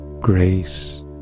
grace